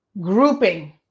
grouping